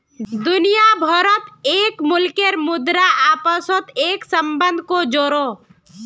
दुनिया भारोत हर मुल्केर मुद्रा अपासोत एक सम्बन्ध को जोड़ोह